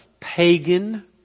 pagan